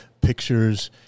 Pictures